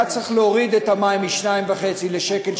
היה צריך להוריד את המים מ-2.5 ל-1.80,